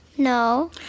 No